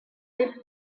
les